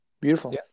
Beautiful